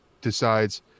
decides